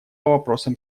вопросам